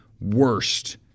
worst